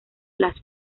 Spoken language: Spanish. las